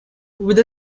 with